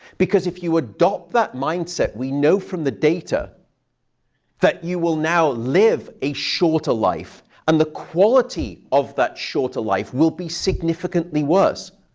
because if you adopt that mindset, we know from the data that you will now live a shorter life and the quality of that shorter life will be significantly worse.